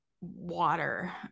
water